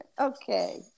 Okay